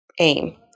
aim